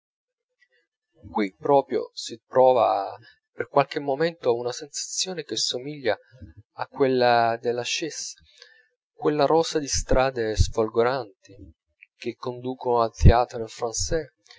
qui proprio si prova per qualche momento una sensazione che somiglia a quella dell'hasciss quella rosa di strade sfolgoranti che conducono